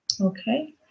Okay